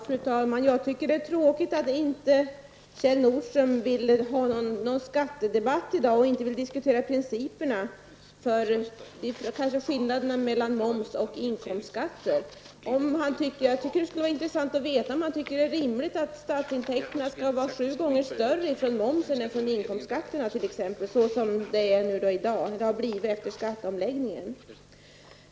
Fru talman! Jag tycker att det är tråkigt att Kjell Nordström inte ville föra någon skattedebatt i dag och att han inte ville diskutera principerna och skillnaderna mellan moms och inkomstskatter. Jag tycker att det skulle vara intressant att få veta om han tycker att det är rimligt att statsintäkterna t.ex. från momsen skall vara sju gånger större än från inkomstskatterna, såsom har blivit fallet efter skatteomläggningen.